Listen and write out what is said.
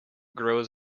grows